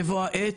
בבוא העת.